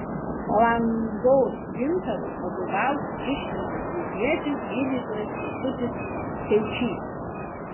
palangos gintarui vadovauti išrinktas vilnietis gydytojas kęstutis speičys